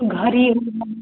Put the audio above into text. घरी होगा